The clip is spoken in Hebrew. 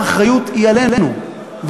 האחריות היא עלינו,